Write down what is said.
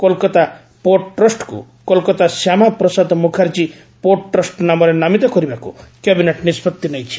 Kolkata port ଟ୍ରଷ୍ଟକୁ Kolkata Shyama Prasad Mukherjee port trust ନାମରେ ନାମିତ କରିବାକୁ କ୍ୟାବିନେଟ୍ ନିଷ୍ପଭି ନେଇଛି